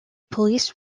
police